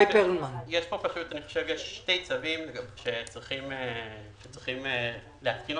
יש שני צווים שצריך להתקינם